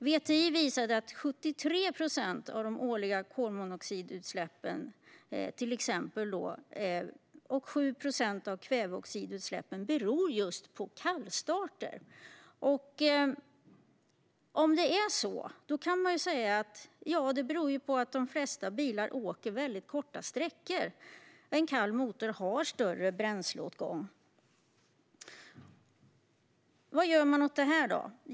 VTI visade att 73 procent av de årliga kolmonoxidutsläppen, till exempel, och 7 procent av kväveoxidutsläppen beror just på kallstarter. Om det är så kan man ju säga: Ja, det beror på att de flesta bilar åker väldigt korta sträckor, och en kall motor har större bränsleåtgång. Vad gör man då åt detta?